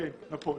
נכון.